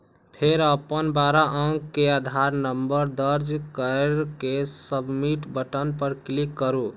फेर अपन बारह अंक के आधार नंबर दर्ज कैर के सबमिट बटन पर क्लिक करू